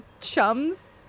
chums